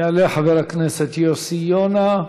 יעלה חבר הכנסת יוסי יונה,